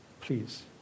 please